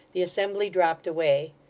the assembly dropped away.